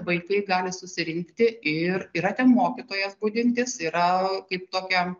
vaikai gali susirinkti ir yra ten mokytojas budintis yra kaip tokia